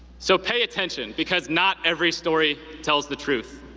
so, pay attention because not every story tells the truth.